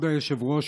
כבוד היושב-ראש,